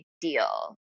deal